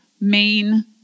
main